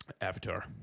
Avatar